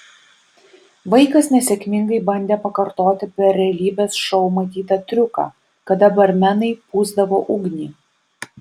vaikas nesėkmingai bandė pakartoti per realybės šou matytą triuką kada barmenai pūsdavo ugnį